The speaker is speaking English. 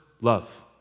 love